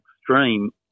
extreme